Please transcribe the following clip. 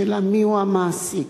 השאלה: מיהו המעסיק?